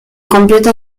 completa